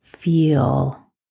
Feel